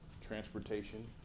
transportation